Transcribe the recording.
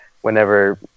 whenever